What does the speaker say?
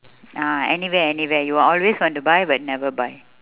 ah anywhere anywhere you always want to buy but never buy